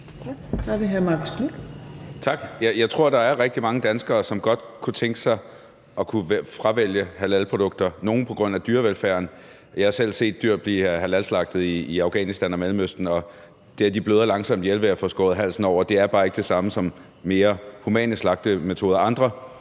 Jeg tror, der er rigtig mange danskere, som godt kunne tænke sig at kunne fravælge halalprodukter – nogle af hensyn til dyrevelfærden. Jeg har selv set dyr blive halalslagtet i Afghanistan og Mellemøsten, og de bløder langsomt ihjel ved at få skåret halsen over, og det er bare ikke det samme som mere humane slagtemetoder. Andre